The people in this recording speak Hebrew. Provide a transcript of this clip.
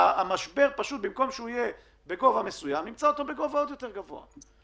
ואז המשבר במקום שיהיה בגובה מסוים נמצא אותו בגובה עוד יותר גבוה.